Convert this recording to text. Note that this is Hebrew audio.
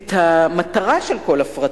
את המטרה, לכאורה, של כל הפרטה,